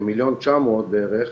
כ- 1.9 מיליון בערך,